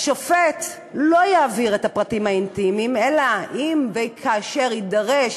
והשופט לא יעביר את הפרטים האינטימיים אלא אם וכאשר יידרש.